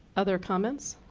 other comments?